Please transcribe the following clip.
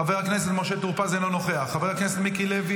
חבר הכנסת נאור שירי,